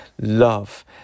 love